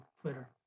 twitter